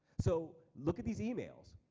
so look at these emails.